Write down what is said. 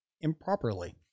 improperly